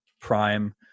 prime